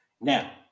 Now